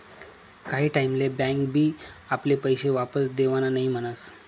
काही टाईम ले बँक बी आपले पैशे वापस देवान नई म्हनस